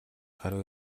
гаруй